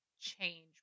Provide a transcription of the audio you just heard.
change